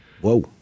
Whoa